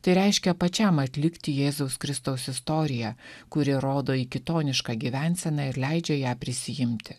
tai reiškia pačiam atlikti jėzaus kristaus istoriją kuri rodo į kitonišką gyvenseną ir leidžia ją prisiimti